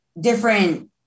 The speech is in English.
different